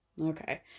Okay